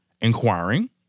inquiring